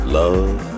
love